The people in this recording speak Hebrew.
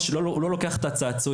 הוא לא לוקח את הצעצועים.